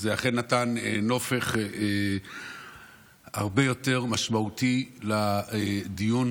זה אכן נתן נופך הרבה יותר משמעותי לדיון